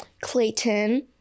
Clayton